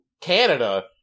Canada